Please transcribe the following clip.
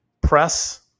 press